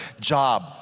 job